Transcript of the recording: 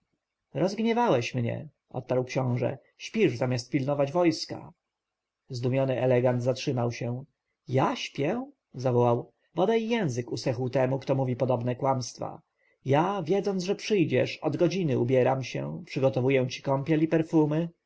rozgniewałeś mnie odparł książę śpisz zamiast pilnować wojska zdumiony elegant zatrzymał się ja śpię zawołał bodaj język usechł temu kto mówi podobne kłamstwa ja wiedząc że przyjedziesz od godziny ubieram się przygotowuję ci kąpiel i perfumy